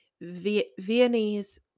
Viennese